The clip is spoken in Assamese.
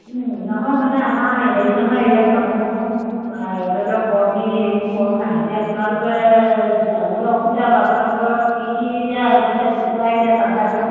নহয় মানে আমাৰ হেৰি নহয় ইয়াত মানুহো ধৰি লওক কৰ্মী হেৰিও কম নাই এতিয়া আপোনালোকে যাবলৈ অসুবিধা হ'ব আপোনালোকৰ কি কি এতিয়া হৈছে কুকুৰা এতিয়া ঠাণ্ডা দিনত